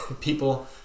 people